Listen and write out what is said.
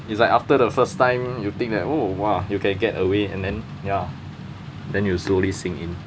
it's like after the first time you think that oh !wah! you can get away and then ya then you slowly sink in